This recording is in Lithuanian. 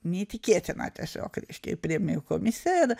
neįtikėtina tiesiog reiškia jį priėmė į komisiją